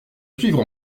suivre